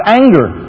anger